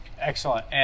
Excellent